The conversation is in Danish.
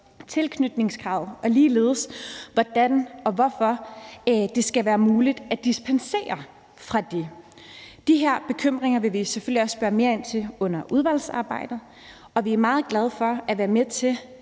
tilknytningskravet og ligeledes, hvordan og hvorfor det skal være muligt at dispensere fra det. De her bekymringer vil vi selvfølgelig også spørge mere ind til under udvalgsarbejdet, og vi er meget glade for at være med til